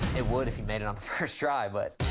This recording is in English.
it would if you made it on try, but.